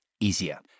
easier